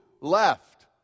left